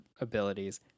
abilities